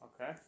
Okay